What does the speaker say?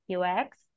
UX